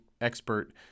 expert